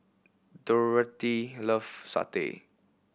Dorathea love satay